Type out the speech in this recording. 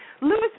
Lewis